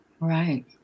right